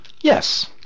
Yes